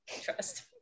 trust